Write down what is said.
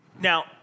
Now